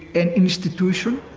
an institution,